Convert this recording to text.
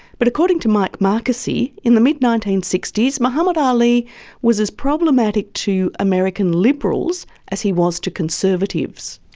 but according to mike marqusee, in the mid nineteen sixty s muhammad ali was as problematic to american liberals as he was to conservatives.